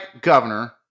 Governor